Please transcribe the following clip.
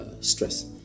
stress